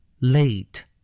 Late